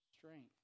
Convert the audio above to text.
Strength